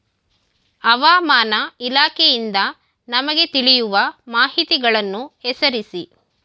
ಹವಾಮಾನ ಇಲಾಖೆಯಿಂದ ನಮಗೆ ತಿಳಿಯುವ ಮಾಹಿತಿಗಳನ್ನು ಹೆಸರಿಸಿ?